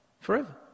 forever